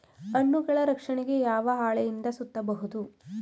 ಹಣ್ಣುಗಳ ರಕ್ಷಣೆಗೆ ಯಾವ ಹಾಳೆಯಿಂದ ಸುತ್ತಬಹುದು?